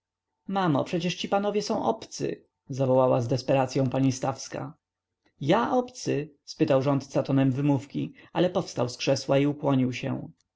mamo przecież ci panowie są obcy zawołała z desperacyą pani stawska ja obcy spytał rządca tonem wymówki ale powstał z krzesełka i ukłonił się